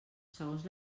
segons